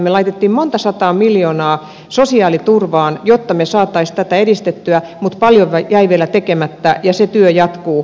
me laitoimme monta sataa miljoonaa sosiaaliturvaan jotta me saisimme tätä edistettyä mutta paljon jäi vielä tekemättä ja se työ jatkuu